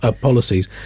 policies